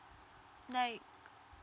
like